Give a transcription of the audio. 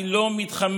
אני לא מתחמק,